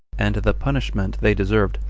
and the punishment they deserved,